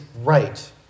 Right